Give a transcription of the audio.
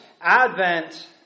Advent